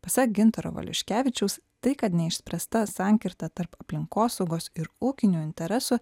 pasak gintaro valiuškevičiaus tai kad neišspręsta sankirta tarp aplinkosaugos ir ūkinių interesų